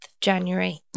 January